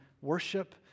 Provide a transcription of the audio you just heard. worship